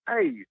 Hey